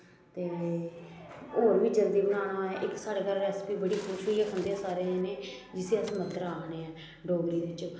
ते होर बी जल्दी बनाना होऐ इक साढ़े घर रैसिपी बड़ी खुश होइयै खंदे न सारे जनें जिसी अस मद्दरा आखने आं डोगरी बिच्च